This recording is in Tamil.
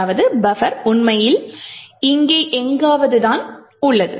அதாவது பஃபர் உண்மையில் இங்கே எங்காவது தான் உள்ளது